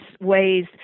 ways